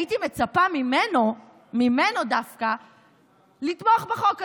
הייתי מצפה ממנו דווקא לתמוך בחוק הזה.